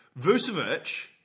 Vucevic